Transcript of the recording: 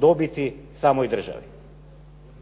dobiti samoj državi.